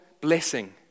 blessing